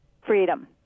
Freedom